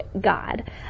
God